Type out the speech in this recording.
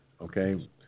okay